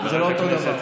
זה לא אותו דבר.